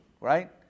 Right